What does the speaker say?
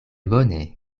bone